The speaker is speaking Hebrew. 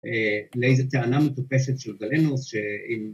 ‫לאיזו טענה מטופשת של גלנוס, ‫ש...